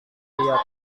lihat